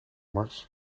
mars